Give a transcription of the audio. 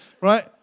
right